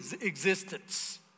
existence